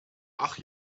ach